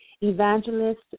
Evangelist